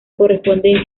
corresponde